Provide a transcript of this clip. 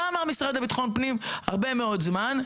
מה אמר המשרד לביטחון פנים הרבה מאוד זמן?